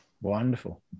Wonderful